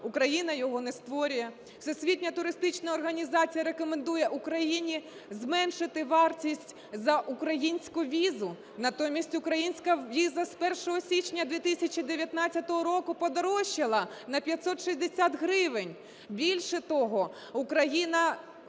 Україна його не створює. Всесвітня туристична організація рекомендує Україні зменшити вартість за українську візу - натомість українська віза з 1 січня 2019 року подорожчала на 560 гривень. Більше того, Україна